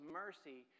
mercy